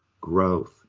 growth